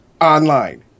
online